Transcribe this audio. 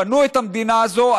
בנו את המדינה הזאת,